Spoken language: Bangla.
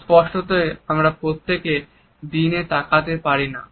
স্পষ্টতই আমরা প্রত্যেকে দিকে তাকাতে পারিনা